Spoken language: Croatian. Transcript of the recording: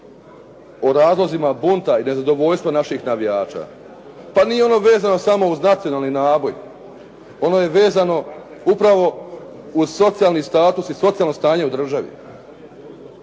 o razlozima bunta i nezadovoljstva naših navijača. Pa nije ono vezano samo uz nacionalni naboj. Ono je vezano upravo uz socijalni status i socijalno stanje u državi.